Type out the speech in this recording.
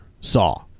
saw